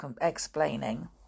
explaining